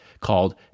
called